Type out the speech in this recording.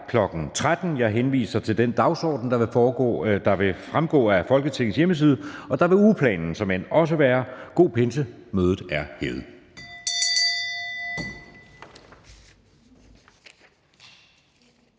kl. 13.00. Jeg henviser til den dagsorden, der vil fremgå af Folketingets hjemmeside, og der vil ugeplanen såmænd også være at finde. God pinse. Mødet er hævet.